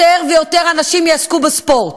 יותר ויותר אנשים יעסקו בספורט.